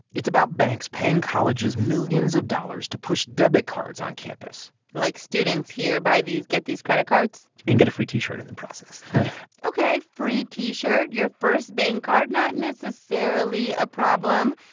it's about banks paying colleges millions of dollars to push debit cards on campus like students here buy these get these credit cards and get a free t-shirt in the process ok, free t-shirt, your first bank card not necessarily a problem.